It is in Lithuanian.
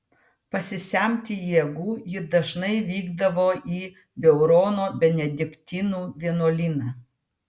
pasisemti jėgų ji dažnai vykdavo į beurono benediktinų vienuolyną